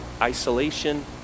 isolation